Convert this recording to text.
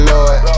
Lord